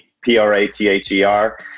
p-r-a-t-h-e-r